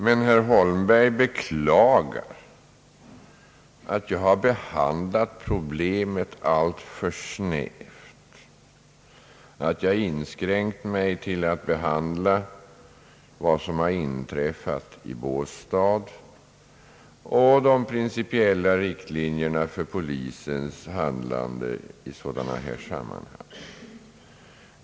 Men herr Holmberg beklagar att jag redovisat problemet alltför snävt, inskränkt mig till att behandla vad som inträffat i Båstad och de principiella riktlinjerna för polisens handlande i sådana här sammanhang.